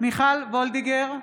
מיכל וולדיגר,